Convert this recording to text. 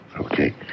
Okay